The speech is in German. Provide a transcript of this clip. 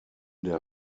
der